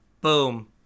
boom